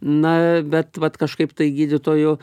na bet vat kažkaip tai gydytoju